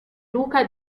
duca